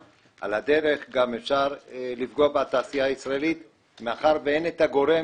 אבל על הדרך אפשר גם לפגוע בתעשייה הישראלית מאחר ואין את הגורם